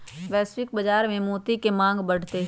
वैश्विक बाजार में मोती के मांग बढ़ते हई